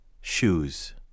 shoes